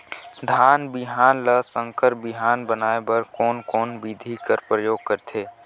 धान बिहान ल संकर बिहान बनाय बर कोन कोन बिधी कर प्रयोग करथे?